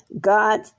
God